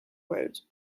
road